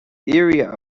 éirigh